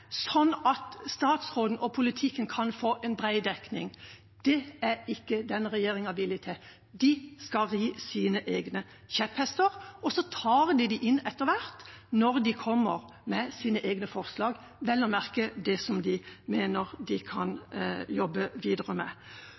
statsråden og politikken kan få en bred dekning. Det er ikke denne regjeringa villig til. De skal ri sine egne kjepphester, og så tar de dem inn etter hvert når de kommer med sine egne forslag – vel å merke det de mener de kan jobbe videre med.